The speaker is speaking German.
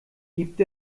gibt